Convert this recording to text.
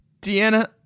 Deanna